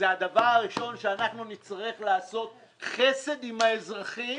זה הדבר הראשון שאנחנו נצטרך לעשות חסד עם האזרחים,